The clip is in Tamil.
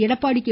எடப்பாடி கே